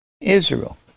Israel